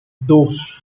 dos